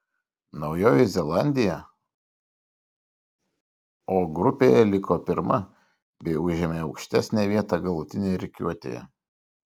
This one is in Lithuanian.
naujoji zelandija o grupėje liko pirma bei užėmė aukštesnę vietą galutinėje rikiuotėje